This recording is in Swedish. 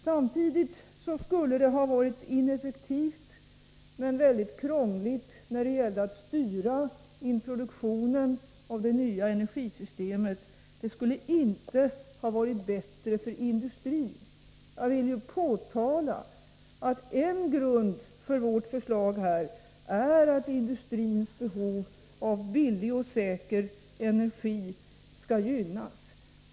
Samtidigt skulle det ha varit ineffektivt, och mycket krångligt, när det gäller att styra introduktionen av det nya energisystemet. Det skulle inte ha varit bättre för industrin. Jag vill framhålla att en grund för vårt förslag är att industrins behov av billig och säker energi skall gynnas.